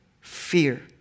Fear